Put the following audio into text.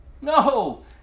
No